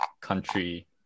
country